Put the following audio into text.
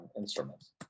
instruments